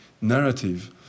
narrative